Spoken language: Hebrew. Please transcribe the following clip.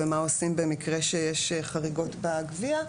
ומה עושים במקרה שיש חריגות בגבייה.